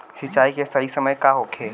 सिंचाई के सही समय का होखे?